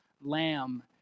Lamb